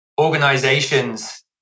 organizations